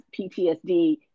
PTSD